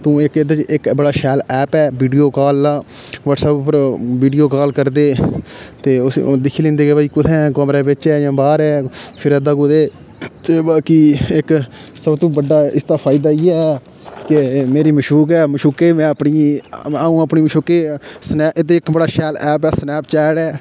इक एह्दे ई बड़ा शैल ऐप ऐ वीडियो कॉल आह्ला व्हाट्सएप उप्पर वीडियो कॉल करदे ते दिक्खी लैंदे कि भई कु'त्थें ऐं कमरै बिच ऐं जां बाहर ऐं फिरा दा कुदै ते बाकी इक सब तो बड्डा इस दा फायदा इ'यै ऐ कि मेरी मशूक ऐ मशूकै ई में अपनियें अ'ऊं अपनी मशूकै ई एह्दे इक बड़ा शैल ऐप ऐ स्नैपचैट